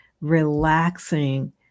relaxing